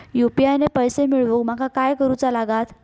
UPI ने पैशे मिळवूक माका काय करूचा लागात?